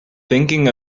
thinking